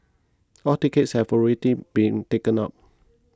all tickets have already been taken up